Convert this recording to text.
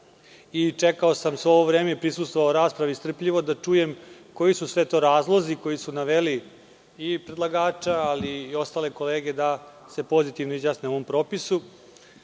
Čekao sam svo ovo vreme i prisustvovao raspravi strpljivo da čujem koji su sve razlozi koji su naveli i predlagača, ali i ostale kolege da se pozitivno izjasne o ovom propisu. Na